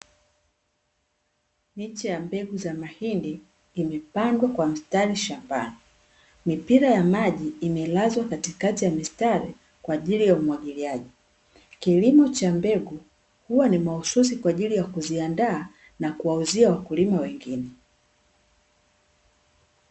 Miche ya mbegu za mahindi imepandwa kwa mistari shambani. Mipira ya maji imelazwa katikati ya mistari kwaajili ya umwagiliaji. Kilimo cha mbegu huwa ni mahususi kwaajili ya kuziandaa na kuwauzia wakulima wengine.